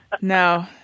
No